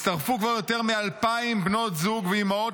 הצטרפו כבר יותר מ-2,000 בנות זוג ואימהות